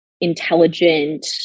intelligent